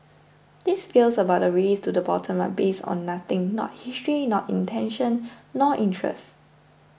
these fears about a race to the bottom are based on nothing not history not intention nor interest